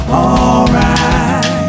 alright